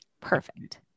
Perfect